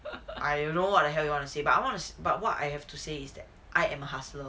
I don't know what the hell you want to say but I want to say but what I have to say is that I am a hustler